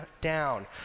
down